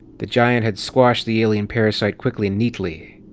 the giant had squashed the alien parasite quickly and neatly.